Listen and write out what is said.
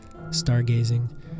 stargazing